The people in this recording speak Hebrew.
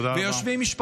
תודה רבה.